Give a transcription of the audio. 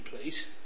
please